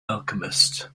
alchemist